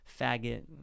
faggot